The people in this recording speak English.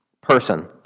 Person